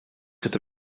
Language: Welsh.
gyda